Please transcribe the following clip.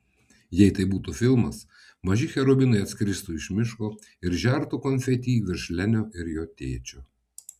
jei tai būtų filmas maži cherubinai atskristų iš miško ir žertų konfeti virš lenio ir jo tėčio